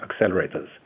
accelerators